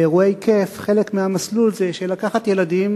באירועי כיף, חלק מהמסלול זה לקחת ילדים